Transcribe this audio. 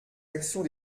actions